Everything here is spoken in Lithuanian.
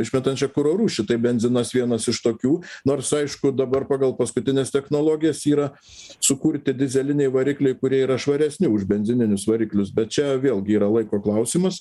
išmetančio kuro rūšių tai benzinas vienas iš tokių nors aišku dabar pagal paskutines technologijas yra sukurti dyzeliniai varikliai kurie yra švaresni už benzininius variklius bet čia vėlgi yra laiko klausimas